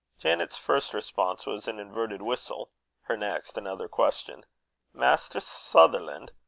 janet's first response was an inverted whistle her next, another question maister sutherlan'!